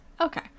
Okay